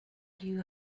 you